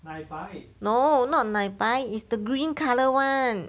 no not 奶白 it's the green colour [one]